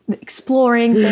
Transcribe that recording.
exploring